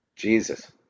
Jesus